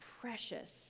precious